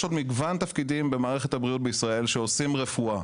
יש עוד מגוון תפקידים במערכת הבריאות בישראל שעושים רפואה,